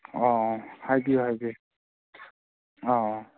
ꯑꯣ ꯍꯥꯏꯕꯤꯌꯨ ꯍꯥꯏꯕꯤꯌꯨ ꯑꯥ